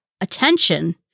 attention